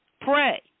Pray